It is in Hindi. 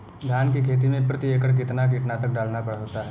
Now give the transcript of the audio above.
धान की खेती में प्रति एकड़ कितना कीटनाशक डालना होता है?